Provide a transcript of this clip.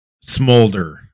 smolder